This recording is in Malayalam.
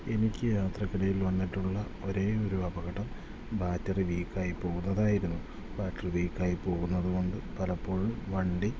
എനിക്ക് യാത്രക്കിടയിൽ വന്നിട്ടുള്ള ഒരേ ഒരു അപകടം ബാറ്ററി വീക്കായി പോകുന്നതായിരുന്നു ബാറ്ററി വീക്കായി പോകുന്നതു കൊണ്ട് പലപ്പോഴും വണ്ടി